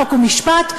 חוק ומשפט,